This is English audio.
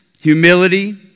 humility